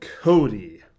Cody